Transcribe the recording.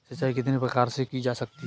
सिंचाई कितने प्रकार से की जा सकती है?